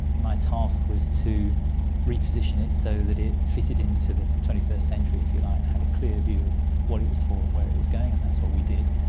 my task was to reposition it so that it fitted in to the twenty first century, if you like, have a clear view of what it was for and where it was going, and that's what we did.